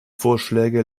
vorschläge